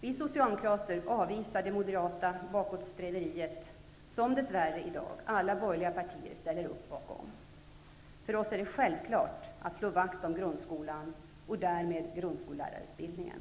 Vi socialdemokrater avvisar det moderata bakåtsträveriet som i dag alla borgerliga partier dessvärre ställer upp bakom. För oss är det självklart att slå vakt om grundskolan och därmed grundskollärarutbildningen.